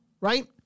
Right